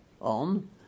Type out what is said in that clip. on